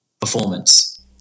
performance